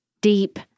deep